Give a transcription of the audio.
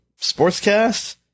Sportscast